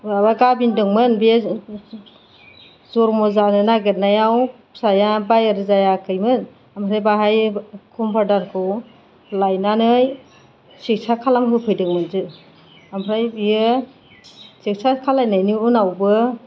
माबा गाबिनदोंमोन बे जन्म' जानो नागिरनायाव फिसाया बाहेर जायखैमोन ओमफ्राय बेवहाय कम्पाउन्डारखौ लाबोनानै सिकिट्सा खालाम होफैदोंमोन जों ओमफ्राय बियो सिकिट्सा खालामनायनि उनावबो